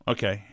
Okay